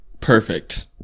Perfect